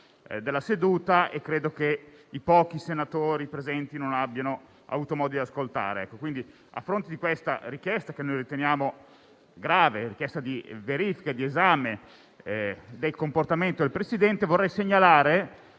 della seduta e credo che i pochi senatori presenti non abbiano avuto modo di ascoltare. A fronte di questa richiesta - che noi riteniamo grave - di verifica ed esame del comportamento della Presidente, vorrei segnalare,